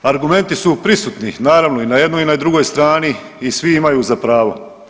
Argumenti su prisutni naravno i na jednoj i na drugoj strani i svi imaju za pravo.